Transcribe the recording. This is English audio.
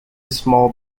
small